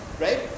right